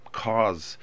cause